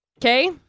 Okay